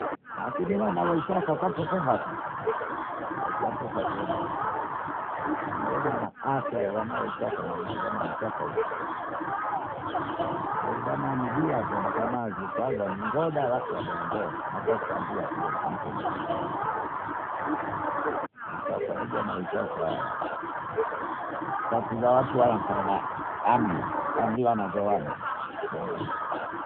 Lakini wana waisasa twakewehaka twakia mtu kasema na ndiomana afya ya wanae waisasa na wanawazamani tofauti zamani bisambi hakamazi kwanza ni ngoda alafu adolando hata sambi hivi sasa vijana wa hivisasa tatiza watulanka Ami amiwanazoana nimemaliza.